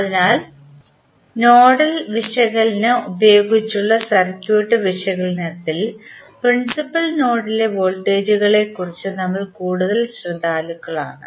അതിനാൽ നോഡൽ വിശകലനം ഉപയോഗിച്ചുള്ള സർക്യൂട്ട് വിശകലനത്തിൽ പ്രിൻസിപ്പൽ നോഡിലെ വോൾട്ടേജുകളെക്കുറിച്ച് നമ്മൾ കൂടുതൽ ശ്രദ്ധാലുക്കളാണ്